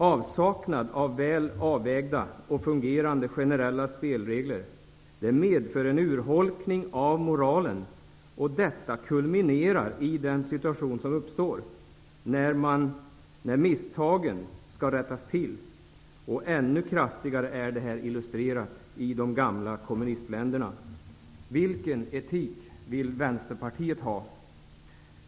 Avsaknad av väl avvägda och fungerande generella spelregler medför en urholkning av moralen. Detta kulminerar i den situation som uppstår när misstagen skall rättas till. Detta illustreras kraftigt i de tidigare kommunistländerna. Vilken etik vill Vänsterpartiet ha?